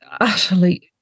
utterly